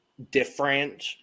different